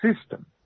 system